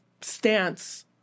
stance